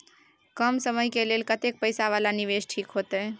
कम समय के लेल कतेक पैसा वाला निवेश ठीक होते?